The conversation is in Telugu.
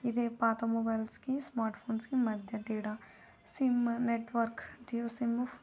ఇదే పాత మొబైల్స్కి స్మార్ట్ ఫోన్స్కి మధ్య తేడా సిమ్ నెట్వర్క్ జియో సిమ్